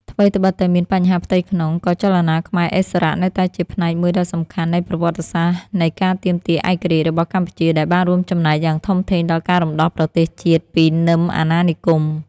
ថ្វីដ្បិតតែមានបញ្ហាផ្ទៃក្នុង ក៏ចលនាខ្មែរឥស្សរៈនៅតែជាផ្នែកមួយដ៏សំខាន់នៃប្រវត្តិសាស្ត្រនៃការទាមទារឯករាជ្យរបស់កម្ពុជា ដែលបានរួមចំណែកយ៉ាងធំធេងដល់ការរំដោះប្រទេសជាតិពីនឹមអាណានិគម។